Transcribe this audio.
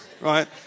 Right